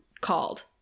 called